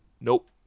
nope